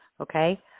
Okay